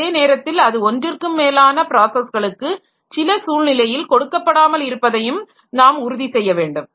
அதேநேரத்தில் அது ஒன்றிற்கும் மேலான ப்ராஸஸ்களுக்கு சில சூழ்நிலையில் கொடுக்கப்படாமல் இருப்பதையும் நாம் உறுதி செய்ய வேண்டும்